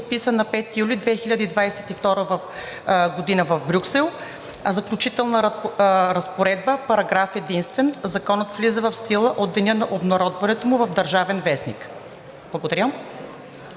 подписан на 5 юли 2022 г. в Брюксел. Заключителна разпоредба Параграф единствен. Законът влиза в сила от деня на обнародването му в „Държавен вестник“.“ Благодаря.